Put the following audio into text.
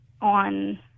on